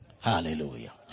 Hallelujah